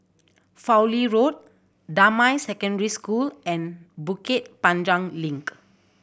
Fowlie Road Damai Secondary School and Bukit Panjang Link